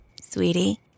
Sweetie